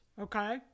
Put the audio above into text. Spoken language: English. Okay